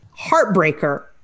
heartbreaker